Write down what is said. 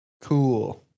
Cool